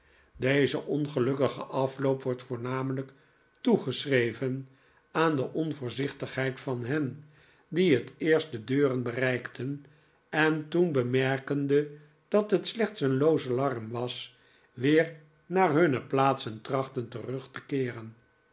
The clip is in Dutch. deze ongelukkige afloop wordt voornamelijk toegeschreven aan de onvoorzichtigheid van hen die het eerst de deuren bereikten en toen bemerkende dat het slechts een loos alarm was weer naar hunne plaatsen trachlten terug te keeren